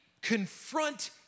confront